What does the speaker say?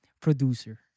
producer